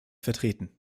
vertreten